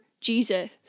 Jesus